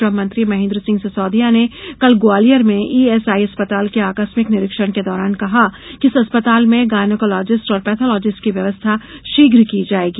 श्रम मंत्री महेन्द्र सिंह सिसोदिया ने कल ग्वालियर में ईएसआई अस्पताल के आकस्मिक निरीक्षण के दौरान कहा कि इस अस्पताल में गायनोकोलॉजिस्ट और पैथोलॉजिस्ट की व्यवस्था शीघ्र की जाएगी